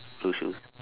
blue shoes